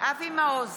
אבי מעוז,